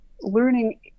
learning